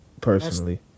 personally